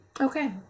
okay